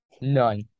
None